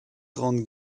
grande